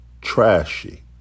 trashy